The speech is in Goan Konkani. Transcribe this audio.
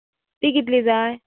ती कितली जाय